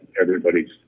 Everybody's